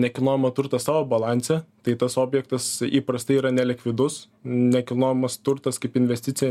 nekilnojamo turto savo balanse tai tas objektas įprastai yra nelikvidus nekilnojamas turtas kaip investicija